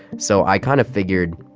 so i kind of figured